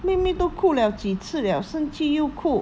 妹妹都哭了几次了生气又哭